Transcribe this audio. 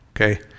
okay